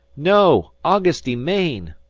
no augusty, maine,